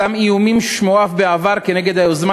אותם איומים הושמעו אף בעבר נגד היוזמה